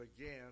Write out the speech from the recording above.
again